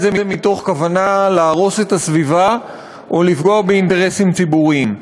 זה מתוך כוונה להרוס את הסביבה או לפגוע באינטרסים ציבוריים.